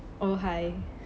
oh hi